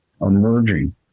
emerging